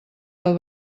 del